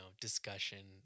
discussion